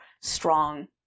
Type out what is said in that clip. strong